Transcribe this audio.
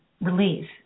release